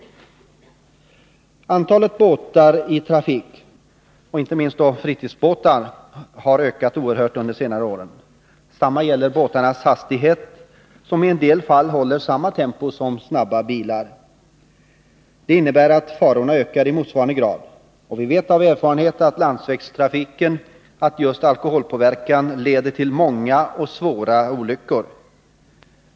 Lagstiftningen Antalet båtar i trafik, inte minst antalet fritidsbåtar, har ökat oerhört rörande onykterunder de senare åren. Detsamma gäller för båtarnas hastighet — i en del fall hej j trafik till har båtarna lika hög hastighet som snabba bilar. Det innebär att farorna ökar i motsvarande grad. Vi vet av erfarenhet från landsvägstrafiken att just alkoholpåverkan leder till många och svåra olyckor.